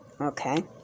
Okay